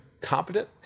competent